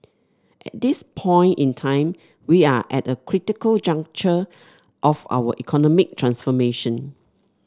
at this point in time we are at a critical juncture of our economic transformation